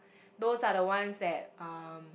those are the ones that um